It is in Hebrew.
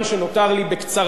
מאוד בקצרה.